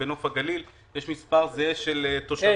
ובנוף הגליל, יש מספר זהה של תושבים.